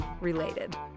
related